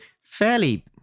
fairly